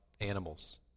animals